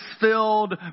filled